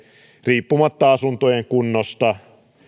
riippumatta asuntojen kunnosta